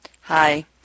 Hi